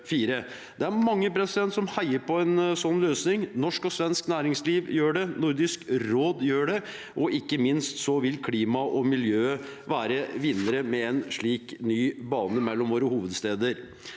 Det er mange som heier på en sånn løsning. Norsk og svensk næringsliv gjør det, Nordisk råd gjør det, og ikke minst vil klima og miljø være vinnere med en slik ny bane mellom våre hovedsteder.